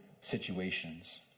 situations